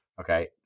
Okay